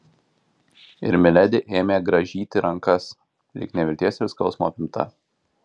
ir miledi ėmė grąžyti rankas lyg nevilties ir skausmo apimta